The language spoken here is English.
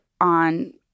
on